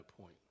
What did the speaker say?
point